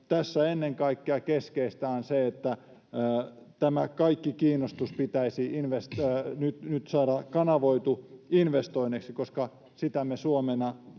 on ennen kaikkea se, että tämä kaikki kiinnostus pitäisi nyt saada kanavoitua investoinneiksi, koska sitä me Suomena